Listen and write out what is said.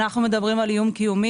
אנחנו מדברים על איום קיומי,